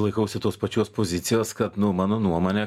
laikausi tos pačios pozicijos kad nu mano nuomone